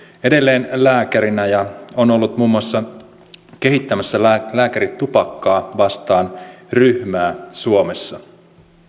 edelleen lääkärinä ja on ollut muun muassa kehittämässä lääkärit tupakkaa vastaan ryhmää suomessa